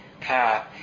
path